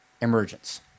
emergence